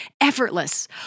effortless